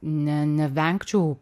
ne nevengčiau